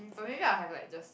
oh maybe I'll have like just